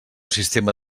sistema